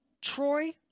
Troy